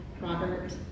Robert